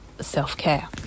self-care